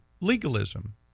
legalism